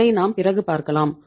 இதை நாம் பிறகு பார்க்கலாம்